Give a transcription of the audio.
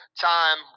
time